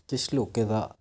किश लोकें दा